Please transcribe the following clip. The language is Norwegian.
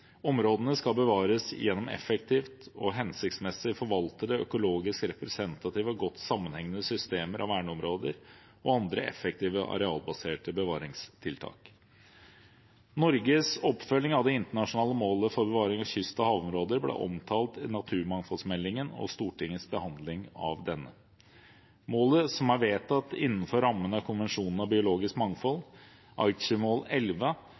Områdene skal bevares gjennom effektivt og hensiktsmessig forvaltede, økologisk representative og godt sammenhengende systemer av verneområder og andre effektive arealbaserte bevaringstiltak. Norges oppfølging av det internasjonale målet for bevaring av kyst- og havområder ble omtalt i naturmangfoldmeldingen og Stortingets behandling av denne. Målet som er vedtatt innenfor rammen av Konvensjonen om biologisk mangfold,